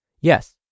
Yes